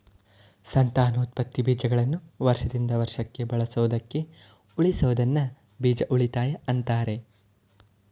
ಸಂತಾನೋತ್ಪತ್ತಿ ಬೀಜಗಳನ್ನು ವರ್ಷದಿಂದ ವರ್ಷಕ್ಕೆ ಬಳಸೋದಕ್ಕೆ ಉಳಿಸೋದನ್ನ ಬೀಜ ಉಳಿತಾಯ ಅಂತಾರೆ